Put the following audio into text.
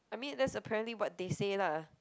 I mean that's apparently what they say lah